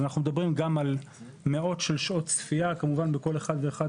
אנחנו מדברים על מאות שעות צפייה בכל אחד ואחד